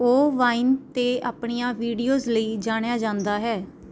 ਉਹ ਵਾਈਨ ਅਤੇ ਆਪਣੀਆਂ ਵੀਡੀਓਜ਼ ਲਈ ਜਾਣਿਆ ਜਾਂਦਾ ਹੈ